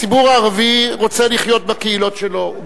הציבור הערבי רוצה לחיות בקהילות שלו,